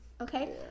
okay